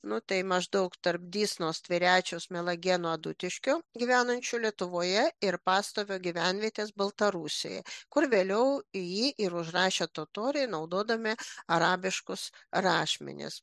nu tai maždaug tarp dysnos tverečiaus mielagėnų adutiškio gyvenančių lietuvoje ir pastovio gyvenvietės baltarusijoje kur vėliau jį ir užrašė totoriai naudodami arabiškus rašmenis